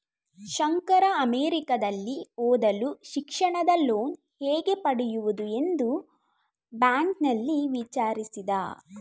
ಶಂಕರ ಅಮೆರಿಕದಲ್ಲಿ ಓದಲು ಶಿಕ್ಷಣದ ಲೋನ್ ಹೇಗೆ ಪಡೆಯುವುದು ಎಂದು ಬ್ಯಾಂಕ್ನಲ್ಲಿ ವಿಚಾರಿಸಿದ